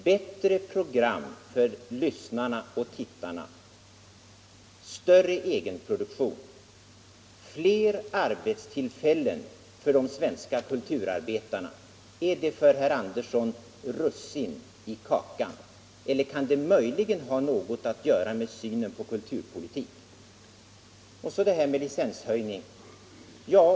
Bättre program för tyssnarna och tittarna, större egenproduktion, flera arbetstillfällen för de svenska kulturarbetarna — är det för herr Andersson russin i kakan? Eller kan det möjligen ha något att göra med synen på kulturpolitik? Och så det här med licenshöjning.